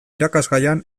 irakasgaian